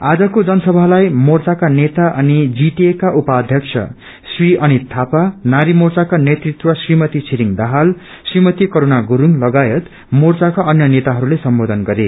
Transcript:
आजको जनसभालाई मोर्चाका नेता अनि जीटीएका उपाध्यक्ष श्री अनित थापा नारी मोर्चाका नेतृत्व श्रीमती छिरींग दाहाल श्रीमती करणा गुठङ सगायत मोर्चाका अन्य नेताहरूले सम्बोधन गरे